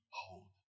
hold